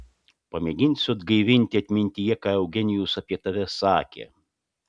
pamėginsiu atgaivinti atmintyje ką eugenijus apie tave sakė